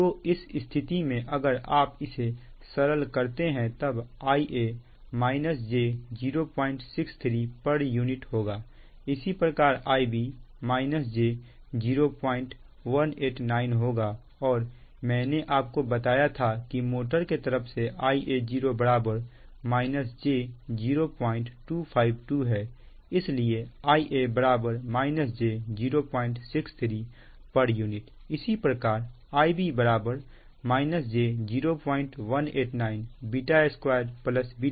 तो इस स्थिति में अगर आप इसे सरल करते हैं तब Ia j 063 pu होगा इसी प्रकार Ib j0189 होगा और मैंने आपको बताया था कि मोटर के तरफ से Ia0 j0252 है इसलिए Ia j 063 pu इसी प्रकार Ib j0189 β2 β 1है